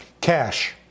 Cash